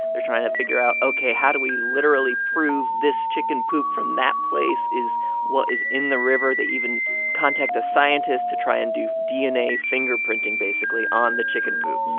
they're trying to figure out, ok how do we literally prove this chicken poop from that place is what is in the river? they even contact scientist to try and do dna fingerprinting, basically, on the chicken poop